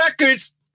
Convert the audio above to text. records